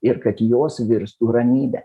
ir kad jos virstų ramybe